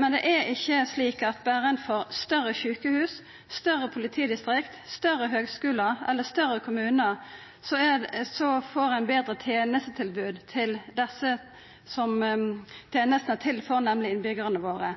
Men det er ikkje slik at berre ein får større sjukehus, større politidistrikt, større høgskular eller større kommunar, får ein betre tenestetilbod til dei som tenestene er til for, nemleg innbyggjarane våre.